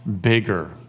bigger